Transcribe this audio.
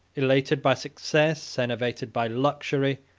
elated by success, enervated by luxury,